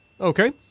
Okay